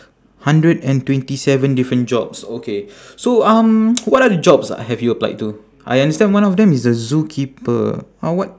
hundred and twenty seven different jobs okay so um what other jobs have you applied to I understand one of them is a zookeeper uh what